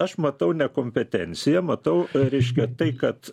aš matau nekompetenciją matau reiškia tai kad